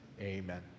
Amen